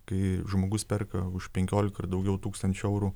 kai žmogus perka už penkioliką ir daugiau tūkstančių eurų